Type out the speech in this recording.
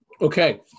Okay